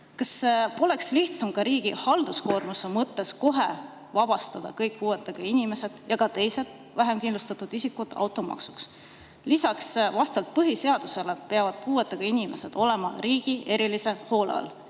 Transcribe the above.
Kas poleks ka riigi halduskoormuse mõttes lihtsam vabastada kohe kõik puuetega inimesed ja teised vähemkindlustatud isikud automaksust? Lisaks, vastavalt põhiseadusele peavad puuetega inimesed olema riigi erilise hoole all.